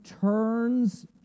turns